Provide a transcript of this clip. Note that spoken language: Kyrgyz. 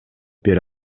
бере